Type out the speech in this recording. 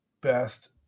best